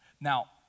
Now